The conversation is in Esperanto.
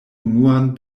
unuan